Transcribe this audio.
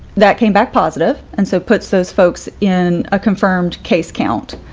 that came back positive and so puts those folks in a confirmed case count.